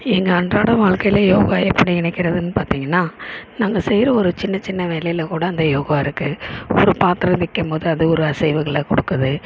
எங்கள் அன்றாட வாழ்க்கையில யோகா எப்படி இணைக்கிறதுன்னு பார்த்தீங்கன்னா நாங்கள் செய்யற ஒரு சின்னச்சின்ன வேலையில் கூட அந்த யோகா இருக்கு ஒரு பாத்திரம் தேய்க்கும் போது அது ஒரு அசைவுகளை கொடுக்குது